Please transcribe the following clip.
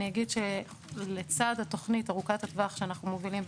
אגיד שלצד התוכנית ארוכת הטווח שאנחנו מובילים,